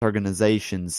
organizations